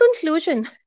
conclusion